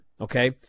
Okay